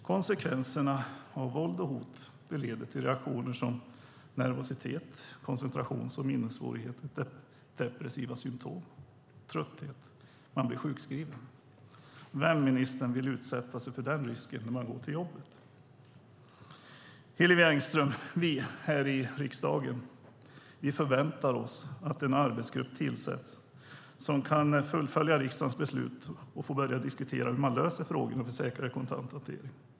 Konsekvenserna av våld och hot leder till reaktioner som nervositet, koncentrations och minnessvårigheter, depressiva symtom och trötthet. Man blir sjukskriven. Vem, ministern, vill utsätta sig för den risken när man går till jobbet? Hillevi Engström! Vi här i riksdagen förväntar oss att en arbetsgrupp tillsätts som kan fullfölja riksdagens beslut och börja diskutera hur man löser frågorna om säkrare kontanthantering.